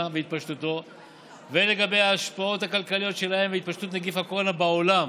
והתפשטותו והן לגבי ההשפעות הכלכליות שלהן והתפשטות נגיף הקורונה בעולם,